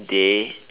day